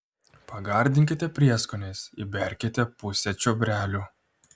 pagardinkite prieskoniais įberkite pusę čiobrelių